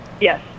yes